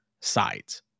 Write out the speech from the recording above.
sides